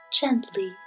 gently